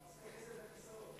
כיסאות.